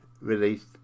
released